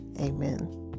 Amen